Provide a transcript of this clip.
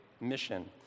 mission